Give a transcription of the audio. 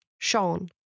Sean